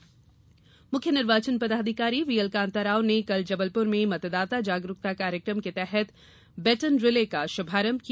मतदाता जागरुकता मुख्य निर्वाचन पदाधिकारी व्हीएल कांता राव ने कल जबलपुर में मतदाता जागरूकता कार्यक्रम के तहत बेटन रिले का शुभारंभ किया